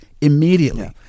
immediately